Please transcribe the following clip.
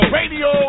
radio